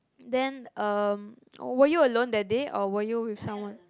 then um were you alone that day or were you with someone